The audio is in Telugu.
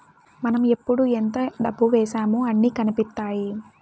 మనం ఎప్పుడు ఎంత డబ్బు వేశామో అన్ని కనిపిత్తాయి